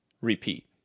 repeat